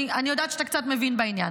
אני יודעת שאתה קצת מבין בעניין.